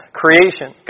creation